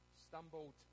stumbled